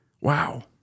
Wow